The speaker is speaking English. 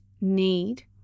need